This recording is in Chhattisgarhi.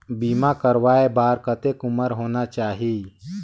बीमा करवाय बार कतेक उम्र होना चाही?